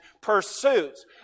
pursuits